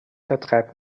vertreibt